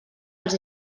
els